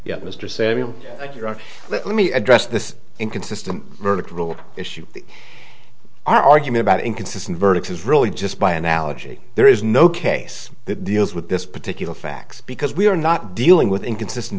your let me address this inconsistent vertical issue argument about inconsistent verdicts is really just by analogy there is no case that deals with this particular facts because we are not dealing with inconsistent